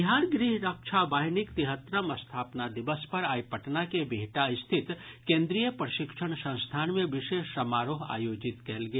बिहार गृह रक्षा वाहिनीक तिहत्तरम् स्थापना दिवस पर आइ पटना के बिहटा स्थित केन्द्रीय प्रशिक्षण संस्थान मे विशेष समारोह आयोजित कयल गेल